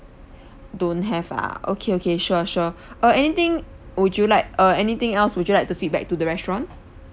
don't have ah okay okay sure sure uh anything would you like uh anything else would you like to feedback to the restaurant